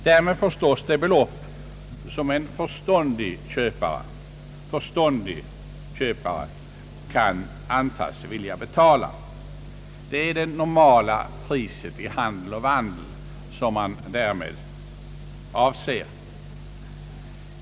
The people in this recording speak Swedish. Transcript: Därmed förstås det belopp, som en förståndig köpare kan antas vilja betala. Det är det normala värdet i handel och vandel som avses.